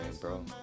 bro